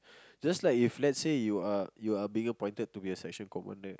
just like if let's say you are you are being appointed to be a section commander